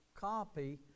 copy